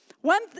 One